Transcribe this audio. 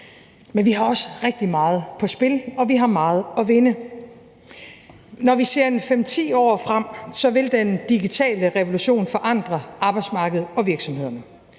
Men vi har også rigtig meget på spil, og vi har meget at vinde. Når vi ser 5-10 år frem, vil den digitale revolution forandre arbejdsmarkedet og virksomhederne.